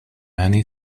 many